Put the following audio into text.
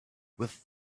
with